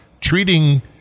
treating